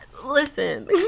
listen